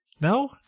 no